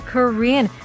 Korean